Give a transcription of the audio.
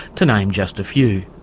to name just a few.